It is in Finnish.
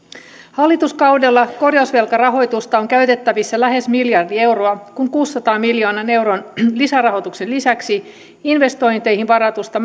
hallituskaudella korjausvelkarahoitusta on käytettävissä lähes miljardi euroa kun kuudensadan miljoonan euron lisärahoituksen lisäksi investointeihin varatusta